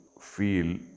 feel